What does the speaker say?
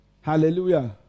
Hallelujah